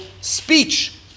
speech